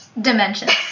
Dimensions